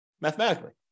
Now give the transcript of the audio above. mathematically